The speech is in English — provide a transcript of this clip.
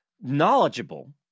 knowledgeable